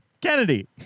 Kennedy